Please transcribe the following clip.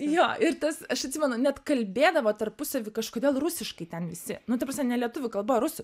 jo ir tas aš atsimenu net kalbėdavo tarpusavy kažkodėl rusiškai ten visi nu ta prasme ne lietuvių kalba rusų